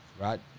Right